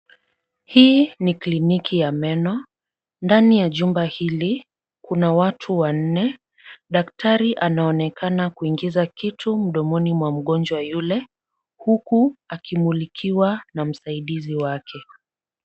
Hii ni kliniki ya meno. Ndani ya jumba hili kuna watu wanne. Daktari anaonekana kuingiza kitu mdomoni mwa mgonjwa yule huku akimulikiwa na msaidizi wake.